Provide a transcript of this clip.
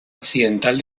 occidental